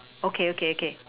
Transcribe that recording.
okay okay okay